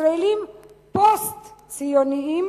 ישראליים פוסט-ציוניים